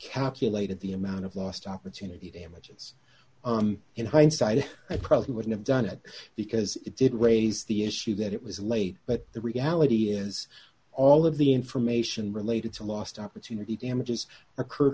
related the amount of lost opportunity images in hindsight i probably wouldn't have done it because it did raise the issue that it was late but the reality is all of the information related to lost opportunity damages occurred